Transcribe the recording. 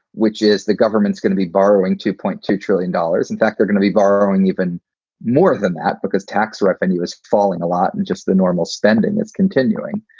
which is the government is going to be borrowing two point two trillion dollars. in fact, they're going to be borrowing even more than that because tax revenue is falling a lot and just the normal spending is continuing.